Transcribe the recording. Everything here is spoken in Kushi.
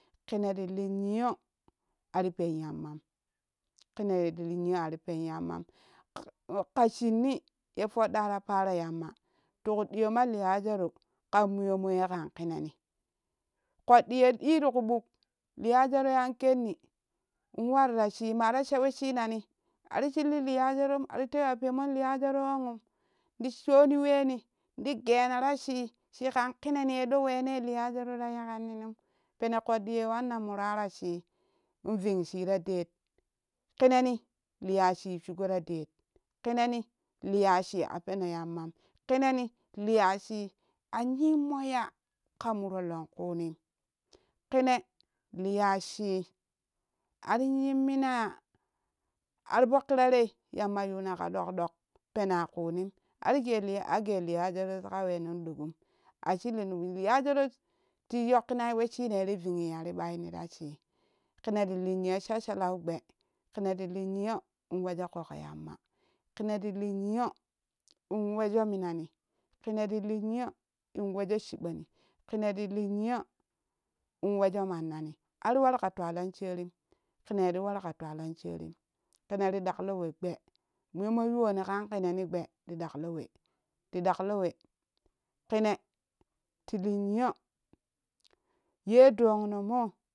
Kine ti lii niyo ari pen namma m kine tili niyo ani pen yamman ka shinni ye fodɗa ra paro yamma ti kuh ɗiyo ma liazaru kan muyom moye kan kineni kodɗi ya ɗi ti ku ɓuk liajaru an kenni ln waru ra shii mara shaweshi nani ari shilti hazarum ari tewi yamo liaz ru onjru ti shoni weni ti gena ra shii shii kan keneni aɗo wene lia zaru ra yekunninum pene kudɗi ye wannan mura ra shii in vingshi ra ded kineni liya shi shugo ra det kineni liya shii a peno yamman kine na liyashi a yimmo ya ka moro longkunim kina liyashi ari yimmina ya arfo kirara yamma yuna ka ɗok ɗok pena kunim ari ge a ge liazu rus ka wenen ɗogum a shuinum liazuru ti yokkinai weshinani yeri vingya ti ɓaini rashi kine ti li niyo shassha lau gbee kine ti li niyo in wejo koko yamma kine ti li niyo in wejo minani kine ti li niyo in wejo chiboni kine ti li niya ln wejo mannani ari waru ka twalan sherim kinei ti waru ka twalan sherim kine ti ɗaklo we gbee muyimma yowani kan kinene gbee ti ɗaklo we ti ɗaklowe kine ti li niyo ye dang no moo.